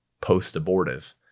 post-abortive